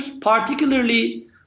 particularly